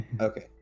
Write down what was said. Okay